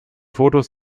fotos